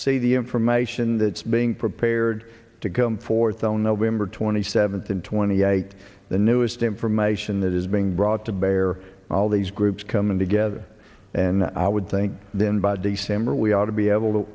see the information that's being prepared to come forth on november twenty seventh and twenty eight the newest information that is being brought to bear all these groups coming together and i would then by december we ought to be able to